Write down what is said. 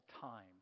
time